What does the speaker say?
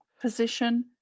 Position